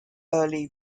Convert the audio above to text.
early